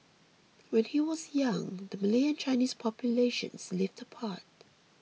when he was young the Malay and Chinese populations lived apart